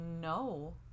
no